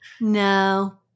No